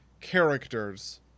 characters